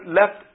left